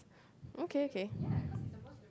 okay okay